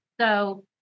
So-